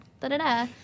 da-da-da